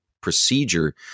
procedure